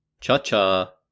Cha-cha